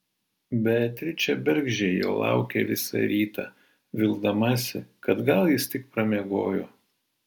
beatričė bergždžiai jo laukė visą rytą vildamasi kad gal jis tik pramiegojo